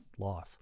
life